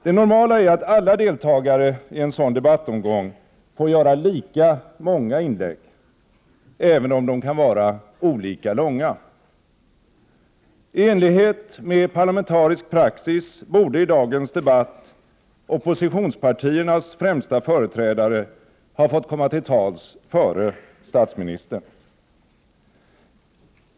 Det normala är att alla deltagare i en sådan debattomgång får göra lika många inlägg, även om de kan vara olika långa. I enlighet med parlamentarisk praxis borde i dagens debatt oppositionens främsta företrädare ha fått komma till tals före statsministern.